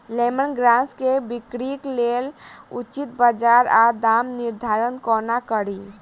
Lemon grass केँ बिक्रीक लेल उचित बजार आ दामक निर्धारण कोना कड़ी?